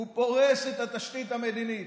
הוא פורס את התשתית המדינית,